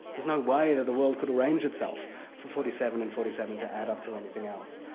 there's no way that the world could arrange itself for forty seven and forty seven to add up to anything else.